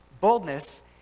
Boldness